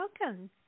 welcome